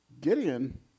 Gideon